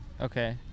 Okay